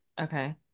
okay